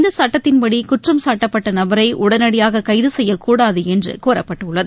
இந்த சட்டத்தின்படி குற்றம் சாட்டப்பட்ட நபரை உடனடியாக கைது செய்யக்கூடாது என்று கூறப்பட்டுள்ளது